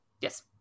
Yes